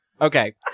okay